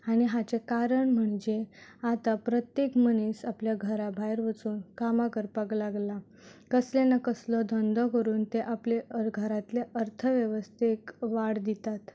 आनी हाचें कारण म्हणजे आतां प्रत्येक मनीस आपल्या घरा भायर वचून कामां करपाक लागला कसले ना कसलो धंदो करून ते आपले अर घरांतले अर्थ वेवस्थेक वाड दितात